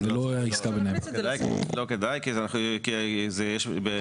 ההצעה שמונחת בפניכם מתייחסת לכל מקרי